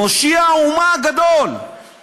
מושיע האומה הגדול.